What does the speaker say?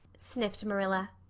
sniffed marilla.